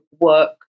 work